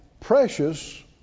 Precious